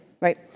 right